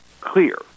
clear